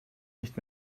nicht